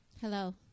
Hello